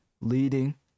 leading